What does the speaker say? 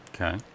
Okay